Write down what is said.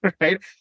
right